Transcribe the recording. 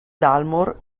dalmor